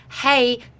hey